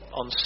on